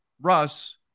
Russ